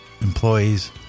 employees